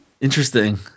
Interesting